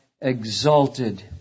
exalted